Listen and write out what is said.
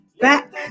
back